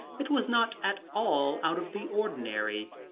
it was not at all out of the ordinary.